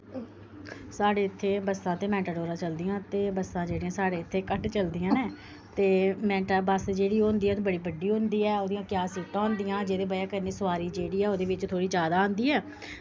साढ़े इत्थें बस्सां ते मैटाडोरां चलदियां ते बसां जेह्ड़ियां साढ़े इत्थें घट्ट चलदियां नै ते बस जेह्ड़ी होंदी ऐ बड़ी बड्डी होंदी ऐ ओह्दियां क्या सीटां होंदियां जेह्दी बजह् कन्नै सोआरी जेह्ड़ी ऐ ओह्दे बिच्च थहोड़ी जैदा आंदी ऐ